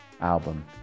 album